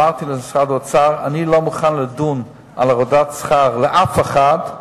אמרתי למשרד האוצר: אני לא מוכן לדון על הורדת שכר לאף אחד,